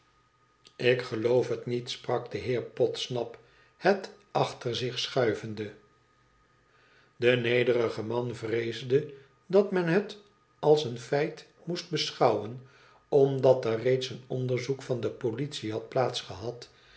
ik geloof het niet sprak de heer podsnap het achter zich schuivende de nederige man vreesde dat men het als een feit moest beschouwen omdat er reeds een onderzoek van de politie had